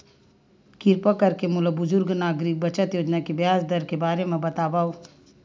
किरपा करके मोला बुजुर्ग नागरिक बचत योजना के ब्याज दर के बारे मा बतावव